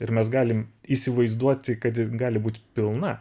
ir mes galim įsivaizduoti kad ji gali būt pilna